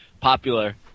popular